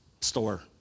store